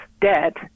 dead